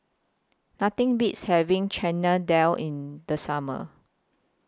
Nothing Beats having Chana Dal in The Summer